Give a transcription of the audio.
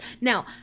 Now